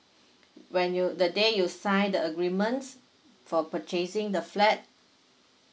when you the day you sign the agreement for purchasing the flat